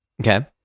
Okay